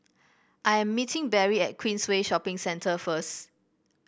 I am meeting Berry at Queensway Shopping Centre first